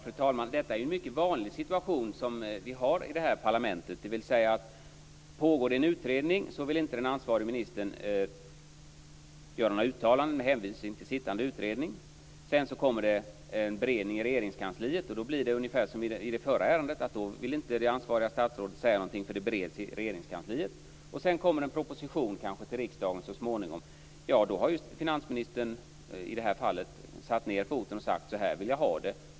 Fru talman! Detta är en mycket vanlig situation som vi har i detta parlament, dvs. att om en utredning pågår så vill den ansvariga ministern inte göra några uttalanden med hänvisning till sittande utredning. Sedan blir det en beredning i Regeringskansliet, och då blir det ungefär som i det förra ärendet, dvs. att det ansvariga statsrådet inte vill säga någonting på grund av att det bereds i Regeringskansliet. Och sedan kommer det så småningom kanske en proposition till riksdagen. Då har ju finansministern i detta fall satt ned foten och sagt att så här vill han ha det.